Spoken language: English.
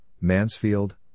Mansfield